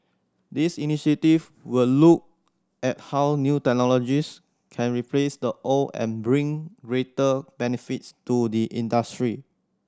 these initiatives will look at how new technologies can replace the old and bring greater benefits to the industry